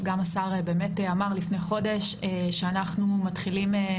וסגן השר באמת אמר לפני חודש שאנחנו מתחילים.